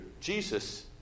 Jesus